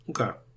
Okay